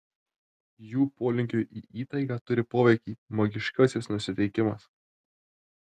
jų polinkiui į įtaigą turi poveikį magiškasis nusiteikimas